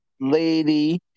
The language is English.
lady